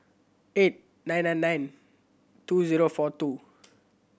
eight nine nine nine two zero four two